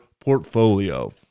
portfolio